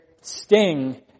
sting